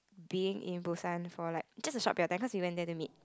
being in Busan for like it's just a short period of time cause we went there to meet